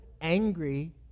angry